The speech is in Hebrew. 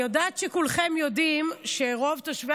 אני יודעת שכולכם יודעים שרוב תושבי